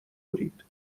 برید